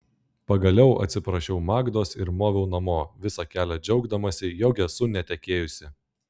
pagaliau atsiprašiau magdos ir moviau namo visą kelią džiaugdamasi jog esu netekėjusi